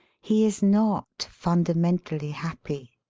he is not fundamentally happy,